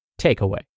Takeaway